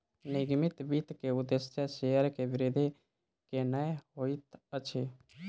निगमित वित्त के उदेश्य शेयर के वृद्धि केनै होइत अछि